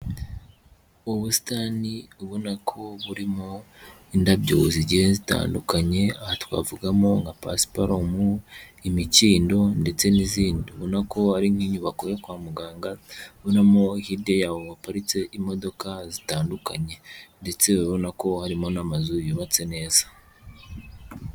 Ubusitani ubona ko burimo indabyo zigiye zitandukanye, aha twavugamo nka pasiparumu, imikindo ndetse n'izindi ubonako ari nk'inyubako yo kwa muganga ubona ko hirya yaho haparitse imodoka zitandukanye ndetse ubona ko harimo n'amazu yubatse neza.